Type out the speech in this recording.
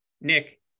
Nick